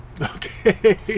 okay